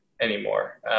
anymore